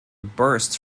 bursts